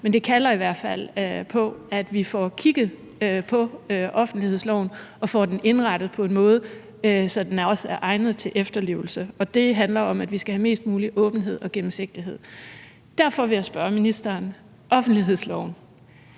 Men det kalder i hvert fald på, at vi får kigget på offentlighedsloven og får den indrettet på en måde, så den også er egnet til efterlevelse. Det handler om, at vi skal have mest mulig åbenhed og gennemsigtighed. Derfor vil jeg spørge ministeren om offentlighedsloven.